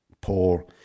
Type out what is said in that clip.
poor